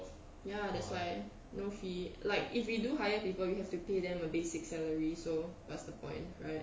ya that's why no fee like if we do hire people we have to pay them a basic salary so what's the point right